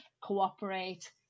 cooperate